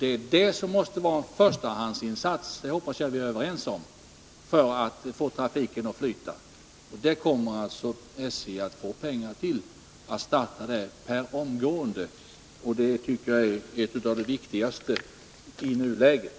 Det är det som måste vara en förstahandsinsats — det hoppas jag att vi är överens om — när det gäller att få trafiken att flyta, och SJ kommer att få pengar för att starta detta per omgående. Jag tycker att detta är någonting av det viktigaste i nuläget.